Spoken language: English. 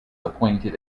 appointed